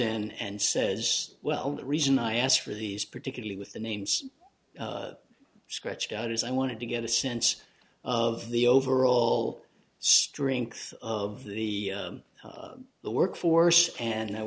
in and says well the reason i asked for these particularly with the names scratched out is i wanted to get a sense of the overall strength of the the work force and i